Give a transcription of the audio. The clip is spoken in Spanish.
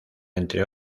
entre